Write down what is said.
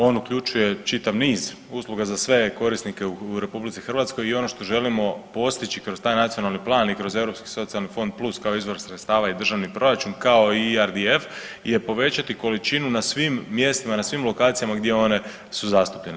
On uključuje čitav niz usluga za sve korisnike u RH i ono što želimo postići kroz taj nacionalni plan i kroz Europski socijalni fond plus kao izvor sredstava i državni proračun kao i … je povećati količinu na svim mjestima, na svim lokacijama gdje one su zastupljene.